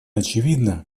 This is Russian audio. очевидно